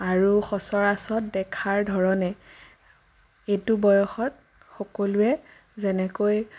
আৰু সচৰাচৰ দেখাৰধৰণে এইটো বয়সত সকলোৱে যেনেকৈ